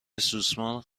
سوسمار